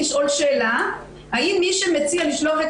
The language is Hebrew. אני רוצה לשאול שאלה: האם מי שמציע לשלוח את